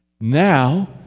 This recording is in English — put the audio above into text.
Now